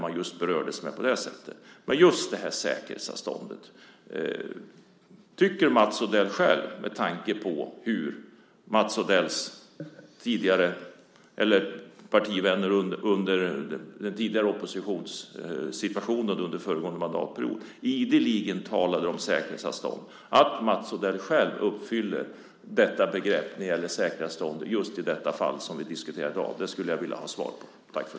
Men just när det gäller säkerhetsavståndet undrar jag om Mats Odell - med tanke på hur Mats Odells partivänner i oppositionssituationen under föregående mandatperiod ideligen talade om säkerhetsavstånd - tycker att han själv uppfyller vad som ligger i begreppet säkerhetsavstånd just i det fall som vi i dag diskuterar. Där skulle jag vilja ha ett svar.